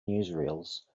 newsreels